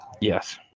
Yes